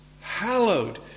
hallowed